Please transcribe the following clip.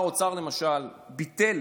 למשל שר האוצר ביטל